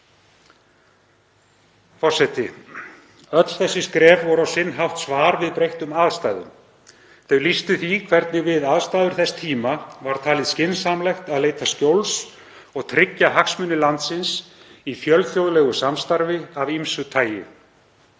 Forseti. Öll þessi skref voru á sinn hátt svar við breyttum aðstæðum. Þau lýstu því hvernig við aðstæður þess tíma var talið skynsamlegt að leita skjóls og tryggja hagsmuni landsins í fjölþjóðlegu samstarfi af ýmsu tagi.